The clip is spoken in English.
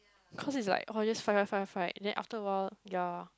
cause it's like just oh fight fight fight fight fight and then after a while ya